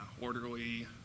orderly